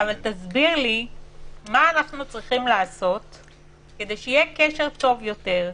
אבל תסביר לי מה אנחנו צריכים לעשות כדי שיהיה קשר טוב יותר,